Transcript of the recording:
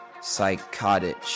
Psychotic